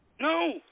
No